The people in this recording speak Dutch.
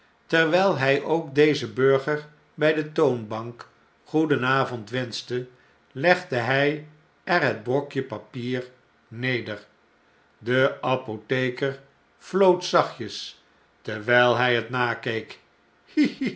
terwn'l hjj ook dezen burger bij de toonbank goedenavond wenschte legde hy er het brokje papier neder de apotheker floot zachtjes terwijl hy het nakeek